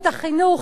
החינוך,